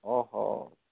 অঁ হ